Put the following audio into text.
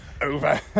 Over